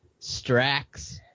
Strax